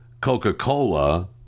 Coca-Cola